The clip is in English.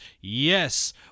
Yes